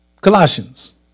Colossians